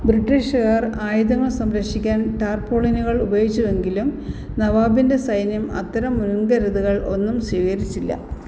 ബ്രിട്ടീഷുകാർ ആയുധങ്ങൾ സംരക്ഷിക്കാൻ ടാർപോളിനുകൾ ഉപയോഗിച്ചുവെങ്കിലും നവാബിന്റെ സൈന്യം അത്തരം മുൻകരുതലുകൾ ഒന്നും സ്വീകരിച്ചില്ല